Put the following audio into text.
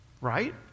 right